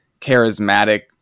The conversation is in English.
charismatic